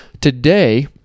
Today